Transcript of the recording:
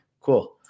Cool